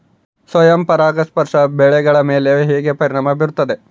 ಸ್ವಯಂ ಪರಾಗಸ್ಪರ್ಶ ಬೆಳೆಗಳ ಮೇಲೆ ಹೇಗೆ ಪರಿಣಾಮ ಬೇರುತ್ತದೆ?